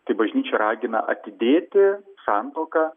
tai bažnyčia ragina atidėti santuoką